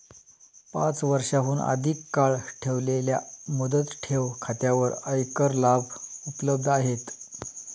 पाच वर्षांहून अधिक काळ ठेवलेल्या मुदत ठेव खात्यांवर आयकर लाभ उपलब्ध आहेत